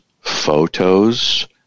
photos